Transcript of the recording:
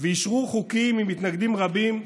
ואישרו חוקים עם מתנגדים רבים,